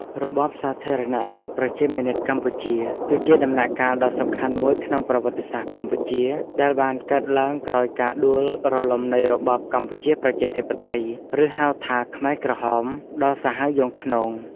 របបសាធារណរដ្ឋប្រជាមានិតកម្ពុជា គឺជាដំណាក់កាលដ៏សំខាន់មួយក្នុងប្រវត្តិសាស្ត្រកម្ពុជា ដែលបានកើតឡើងក្រោយការដួលរលំនៃរបបកម្ពុជាប្រជាធិបតេយ្យ ឬ ហៅថាខ្មែរក្រហម ដ៏សាហាវយង់ឃ្នង។